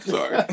Sorry